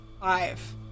Five